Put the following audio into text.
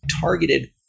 targeted